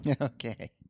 Okay